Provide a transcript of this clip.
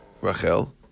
Rachel